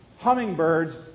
hummingbirds